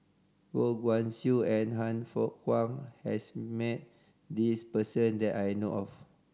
Goh Guan Siew and Han Fook Kwang has met this person that I know of